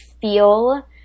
feel